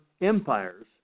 empires